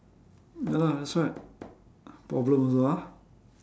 ya lah that's why problem also ah